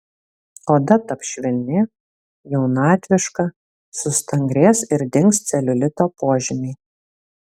oda taps švelni jaunatviška sustangrės ir dings celiulito požymiai